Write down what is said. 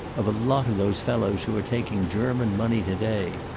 of a lot of those fellows who are taking german money to-day.